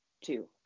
two